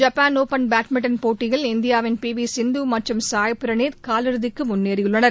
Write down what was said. Japan open badminton போட்டியில் இந்தியாவின் P V Sindhu மற்றும் சாய்பிரணீத் காலிறுதிக்கு முன்னேறியுள்ளனர்